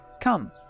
Come